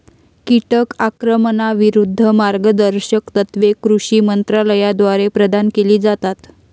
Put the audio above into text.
कीटक आक्रमणाविरूद्ध मार्गदर्शक तत्त्वे कृषी मंत्रालयाद्वारे प्रदान केली जातात